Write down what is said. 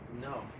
No